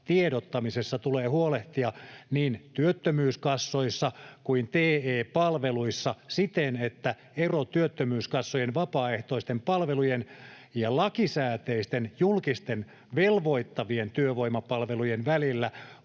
tiedottamisesta tulee huolehtia niin työttömyyskassoissa kuin TE-palveluissa siten, että ero työttömyyskassojen vapaaehtoisten palvelujen ja lakisääteisten julkisten velvoittavien työvoimapalvelujen välillä